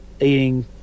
eating